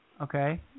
Okay